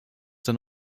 dann